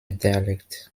dialect